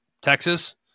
Texas